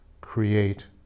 create